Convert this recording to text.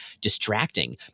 distracting